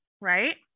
right